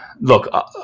look